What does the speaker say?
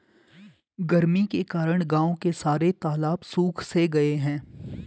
गर्मी के कारण गांव के सारे तालाब सुख से गए हैं